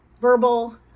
verbal